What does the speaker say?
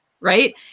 right